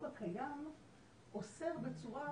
כנראה שברמה הפדראלית זה לא חל אבל זה יוצר שיח ציבורי די נרחב,